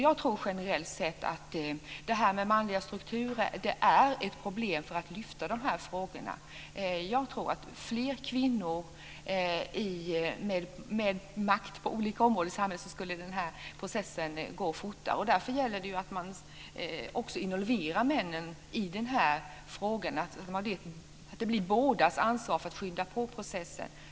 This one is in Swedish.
Jag tror att manliga strukturer generellt sett är ett problem när man ska lyfta fram de här frågorna. Jag tror att om fler kvinnor hade makt på olika områden i samhället, skulle den här processen gå fortare. Därför gäller det att man involverar också männen i de här frågorna, så att det blir ett ansvar för båda sidor att skynda på processen.